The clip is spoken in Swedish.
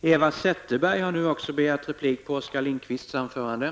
Herr talman! Jag glömde att bemöta Eva Zetterberg i min tidigare replik.